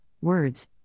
words